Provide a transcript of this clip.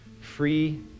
Free